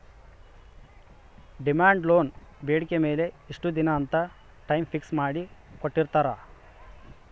demand loan ಬೇಡಿಕೆ ಮೇಲೆ ಇಷ್ಟ ದಿನ ಅಂತ ಟೈಮ್ ಫಿಕ್ಸ್ ಮಾಡಿ ಕೋಟ್ಟಿರ್ತಾರಾ